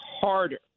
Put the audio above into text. harder